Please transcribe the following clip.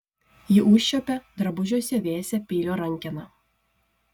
ji užčiuopė drabužiuose vėsią peilio rankeną